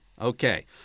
Okay